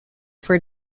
for